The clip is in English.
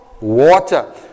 water